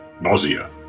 Nausea